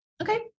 Okay